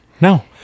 No